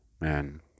Man